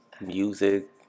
music